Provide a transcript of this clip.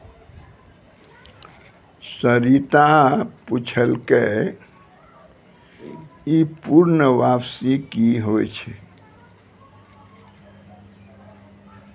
सरिता पुछलकै ई पूर्ण वापसी कि होय छै?